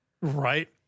Right